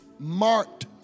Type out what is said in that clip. marked